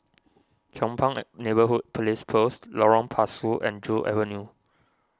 Chong Pang Neighbourhood Police Post Lorong Pasu and Joo Avenue